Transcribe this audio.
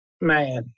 Man